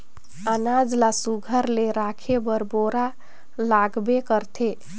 अनाज ल सुग्घर ले राखे बर बोरा लागबे करथे